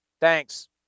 Thanks